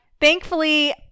thankfully